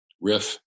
riff